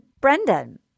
Brendan